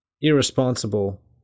irresponsible